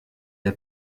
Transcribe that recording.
der